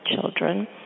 children